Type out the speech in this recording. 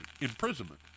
imprisonment